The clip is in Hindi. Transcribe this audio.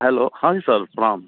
हेलो हाँ जी सर प्रणाम